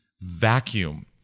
vacuum